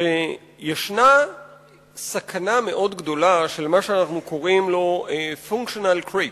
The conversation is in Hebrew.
שיש סכנה מאוד גדולה של מה שאנחנו קוראים לו functional creep.